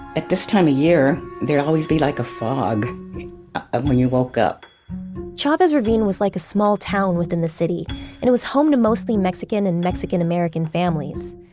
at this time of year there'd always be like a fog of when you woke up chavez ravine was like a small town within the city and it was home to mostly mexican and mexican american families.